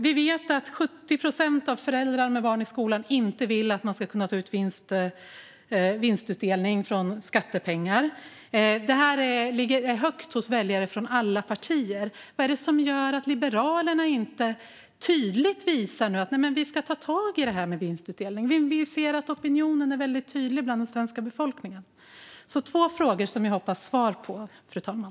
Vi vet att 70 procent av föräldrar med barn i skolan inte vill att man ska kunna ta ut vinst från skattepengar. Detta ligger högt hos väljare när det gäller alla partier. Jag undrar vad det är som gör att Liberalerna inte tydligt säger: Nej, men vi ska ta tag i detta med vinstutdelning. Vi ser att opinionen är väldigt tydlig i den svenska befolkningen. Det är två frågor som jag hoppas få svar på, fru talman.